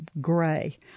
gray